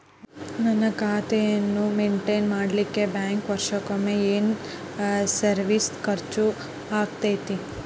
ನನ್ನ ಖಾತೆಯನ್ನು ಮೆಂಟೇನ್ ಮಾಡಿಲಿಕ್ಕೆ ಬ್ಯಾಂಕ್ ವರ್ಷಕೊಮ್ಮೆ ಏನು ಸರ್ವೇಸ್ ಚಾರ್ಜು ಹಾಕತೈತಿ?